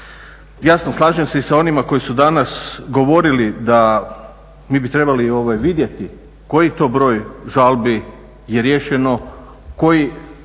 Jasno, slažem se i sa onima koji su danas govorili da mi bi trebali vidjeti koji to broj žalbi je riješeno, koji